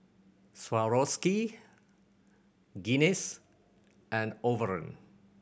Swarovski Guinness and Overrun